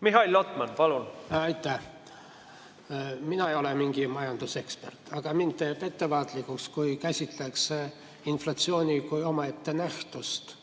Mihhail Lotman, palun! Aitäh! Mina ei ole mingi majandusekspert, aga mind teeb ettevaatlikuks, kui käsitletakse inflatsiooni kui omaette nähtust,